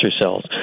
cells